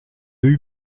eue